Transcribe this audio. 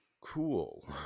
Cool